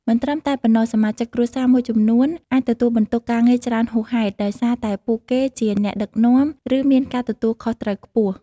មិនត្រឹមតែប៉ុណ្ណោះ សមាជិកគ្រួសារមួយចំនួនអាចទទួលបន្ទុកការងារច្រើនហួសហេតុ ដោយសារតែពួកគេជាអ្នកដឹកនាំ ឬមានការទទួលខុសត្រូវខ្ពស់។